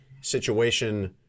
situation